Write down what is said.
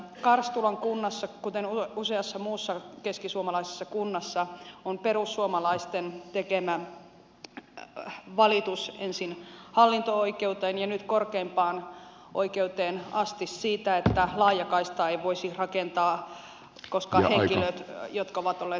karstulan kunnassa kuten useassa muussa keskisuomalaisessa kunnassa on perussuomalaisten tekemä valitus ensin hallinto oikeuteen ja nyt korkeimpaan oikeuteen asti siitä että laajakaistaa ei voisi rakentaa koska henkilöt jotka ovat olleet päättämässä ovat mukana siinä